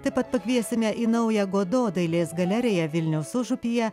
taip pat pakviesime į naują godo dailės galeriją vilniaus užupyje